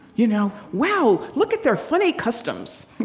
you know. wow, look at their funny customs, you